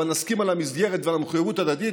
אבל נסכים על המסגרת ועל המחויבות ההדדית.